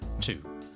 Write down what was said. two